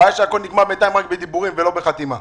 הבעיה היא שהכול נגמר בינתיים רק בדיבורים ולא בחתימה.